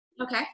Okay